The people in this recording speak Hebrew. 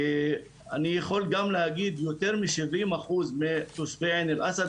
אני יכול גם להגיד יותר משבעים אחוז מתושבי עין אל אסד,